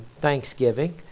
Thanksgiving